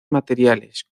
materiales